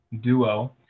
duo